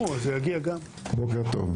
בוקר טוב.